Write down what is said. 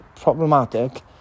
problematic